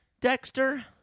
Dexter